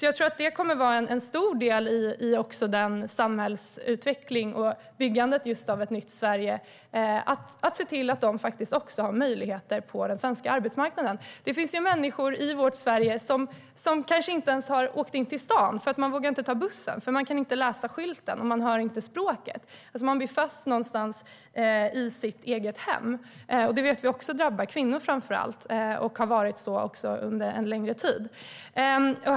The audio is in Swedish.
Jag tror att det kommer att vara en stor del i samhällsutvecklingen och byggandet av ett nytt Sverige att se till att de också har möjligheter på den svenska arbetsmarknaden. Det finns människor i Sverige som kanske inte ens har åkt in till stan, för de vågar inte ta bussen eftersom de inte kan läsa skyltarna och inte har språket. De blir fast i sitt eget hem, och vi vet att det framför allt drabbar kvinnor. Så har det varit under en längre tid.